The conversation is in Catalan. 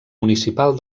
municipal